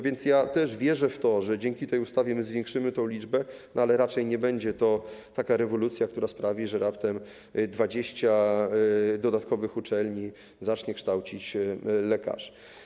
Wierzę w to, że dzięki tej ustawie zwiększymy tę liczbę, ale raczej nie będzie to taka rewolucja, która sprawi, że raptem 20 dodatkowych uczelni zacznie kształcić lekarzy.